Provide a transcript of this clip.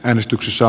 äänestyksessä